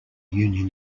union